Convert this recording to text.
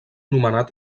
nomenat